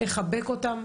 לחבק אותם,